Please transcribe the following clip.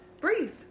breathe